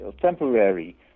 temporary